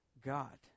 God